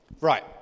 right